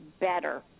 better